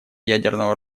ядерного